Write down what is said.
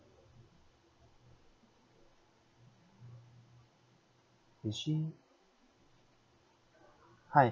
is she hi